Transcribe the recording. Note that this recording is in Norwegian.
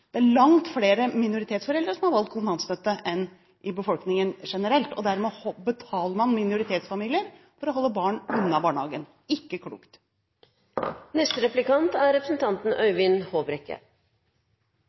befolkningen generelt. Dermed betaler man minoritetsfamilier for å holde barn unna barnehagen – ikke klokt. Jeg er